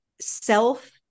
self